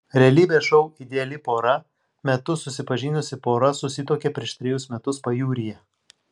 realybės šou ideali pora metu susipažinusi pora susituokė prieš trejus metus pajūryje